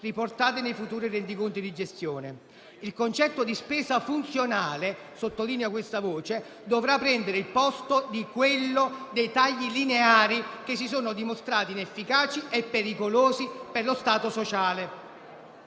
riportati nei futuri rendiconti di gestione. Il concetto di spesa funzionale - sottolineo questa voce - dovrà prendere il posto di quello dei tagli lineari che si sono dimostrati inefficaci e pericolosi per lo Stato sociale.